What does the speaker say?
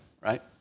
right